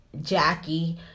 Jackie